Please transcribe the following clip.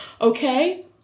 Okay